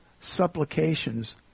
supplications